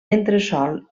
entresòl